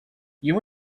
you